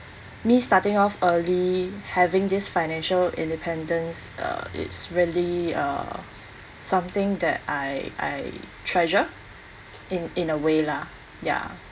me starting off early having this financial independence uh it's really uh something that I I treasure in in a way lah ya